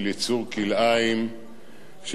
שאין לו גוף ואין לו דמות הגוף